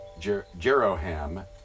Jeroham